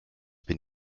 been